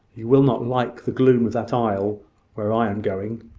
you will not like the gloom of that aisle where i am going.